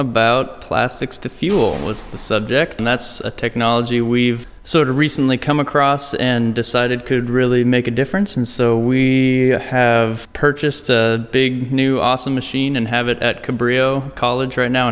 about plastics to fuel was the subject and that's a technology we've sort of recently come across and decided could really make a difference and so we have purchased a big new awesome machine and have it at can breo college right now